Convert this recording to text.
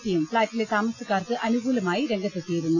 പിയും ഫ്ളാറ്റിലെ താമസക്കാർക്ക് അനുകൂലമായി രംഗത്തെത്തിയിരുന്നു